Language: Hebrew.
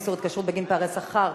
איסור התקשרות בגין פערי שכר),